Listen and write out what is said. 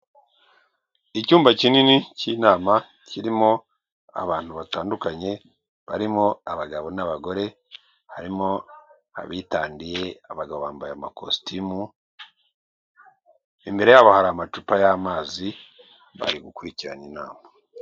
Icyumba kinini cy'inama kirimo abantu batandukanye barimo abagabo n'abagore, harimo abitandiye, abagabo bambaye amakositimu, imbere yabo hari amacupa y'amazi bari gukurikirana inama.